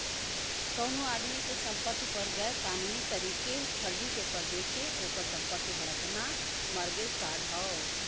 कउनो आदमी के संपति पर गैर कानूनी तरीके फर्जी पेपर देके ओकर संपत्ति हड़पना मारगेज फ्राड हौ